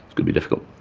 to be difficult.